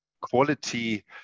quality